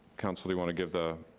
councilor, you wanna give the?